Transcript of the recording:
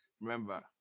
remember